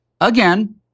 again